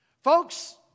Folks